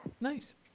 nice